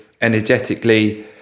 energetically